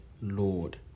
Lord